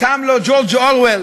קם לו ג'ורג' אורוול